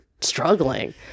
struggling